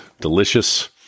delicious